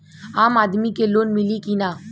आम आदमी के लोन मिली कि ना?